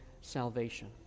salvation